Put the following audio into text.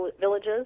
Villages